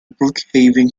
brookhaven